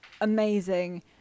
amazing